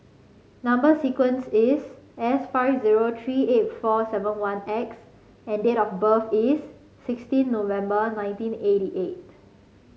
number sequence is S five zero three eight four seven one X and date of birth is sixteen November nineteen eighty eight